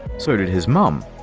so did his mum.